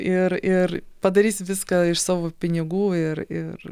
ir ir padarys viską iš savo pinigų ir ir